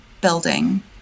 building